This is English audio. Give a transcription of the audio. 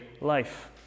life